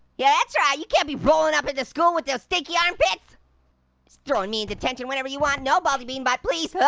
yeah, that's right. you can't be rolling up in the school with your stinky armpits. just throwing me in detention whenever you want. no. baldi bean butt, please? oh,